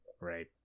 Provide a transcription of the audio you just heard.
Right